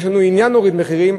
יש לנו עניין להוריד מחירים,